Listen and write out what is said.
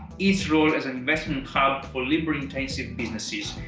its role as investment hub for labor-intensive businesses.